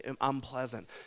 unpleasant